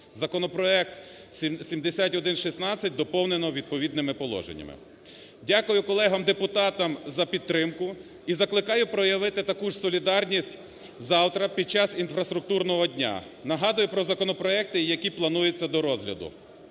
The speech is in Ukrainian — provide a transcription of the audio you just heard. Законопроект 7116 доповнено відповідними положеннями. Дякую колегам депутатам за підтримку і закликаю проявити таку ж солідарність завтра під час інфраструктурного дня. Нагадую про законопроекти, які планується до розгляду.